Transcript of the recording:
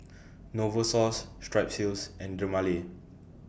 Novosource Strepsils and Dermale